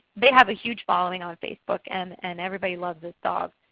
they have a huge following on facebook and and everybody loves this dog.